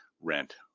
rent